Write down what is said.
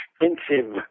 expensive